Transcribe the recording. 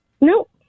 Nope